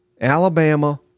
Alabama